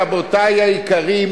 רבותי היקרים,